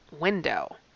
window